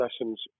lessons